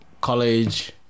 college